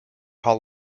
hall